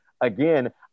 Again